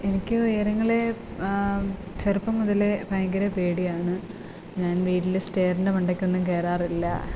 എനിക്ക് ഉയരങ്ങളെ ചെറുപ്പം മുതലേ ഭയങ്കര പേടിയാണ് ഞാൻ വീട്ടിൽ സ്റ്റെയറിൻ്റെ മണ്ടയ്ക്കൊന്നും കയറാറില്ല